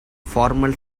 formal